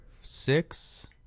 Six